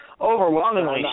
overwhelmingly